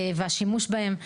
והשימוש בהם.